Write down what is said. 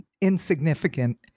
insignificant